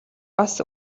бас